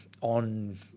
on